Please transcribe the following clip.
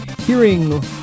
hearing